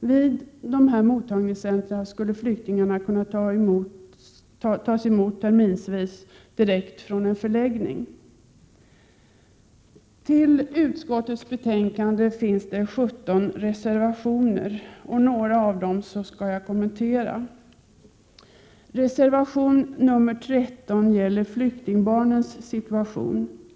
Vid dessa mottagningscentra skulle flyktingar kunna tas emot terminsvis direkt från en förläggning. Till utskottets betänkande finns 17 reservationer fogade. Några av dem skall jag kommentera. Reservation nr 13 gäller flyktingbarnens situation.